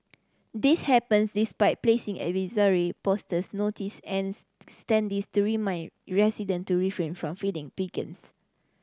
this happens despite placing advisory posters notice and standees to remind resident to refrain from feeding pigeons